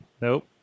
Nope